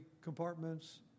compartments